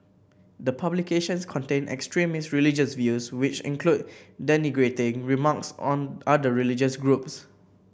the publications contain extremist religious views which include denigrating remarks on other religious groups